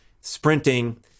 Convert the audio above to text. sprinting